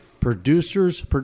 Producers